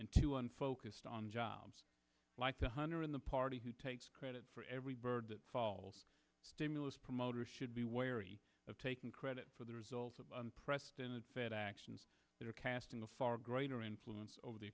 into and focused on jobs like the hunter in the party takes credit for every bird that falls stimulus promoters should be wary of taking credit for the results of unprecedented fed actions that are casting a far greater influence over the